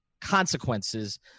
consequences